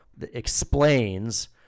explains